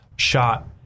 shot